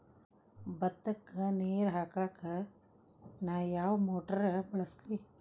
ಭತ್ತಕ್ಕ ನೇರ ಹಾಕಾಕ್ ನಾ ಯಾವ್ ಮೋಟರ್ ಬಳಸ್ಲಿ?